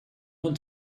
want